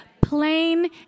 Plain